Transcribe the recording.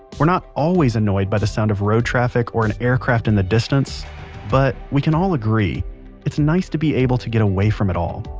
we're not always annoyed by the sound of road traffic or an aircraft in the distance but we can all agree it's nice to be able to get away from it all,